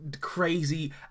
crazy